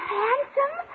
handsome